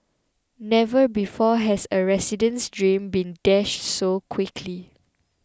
never before has a resident's dream been dashed so quickly